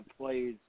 plays